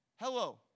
Hello